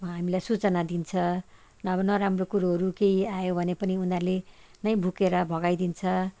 हामीलाई सूचना दिन्छ नभए नराम्रो कुरोहरू केही आयो भने पनि उनीहरूले नै भुकेर भगाइदिन्छ